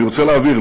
אני רוצה להבהיר,